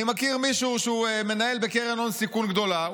אני מכיר מישהו שהוא מנהל בקרן הון סיכון גדולה,